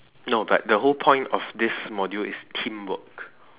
no but the whole point of this module is teamwork